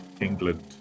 England